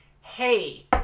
hey